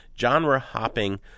genre-hopping